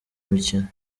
mikino